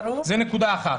זה נקודה אחת.